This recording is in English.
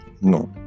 No